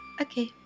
okay